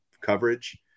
coverage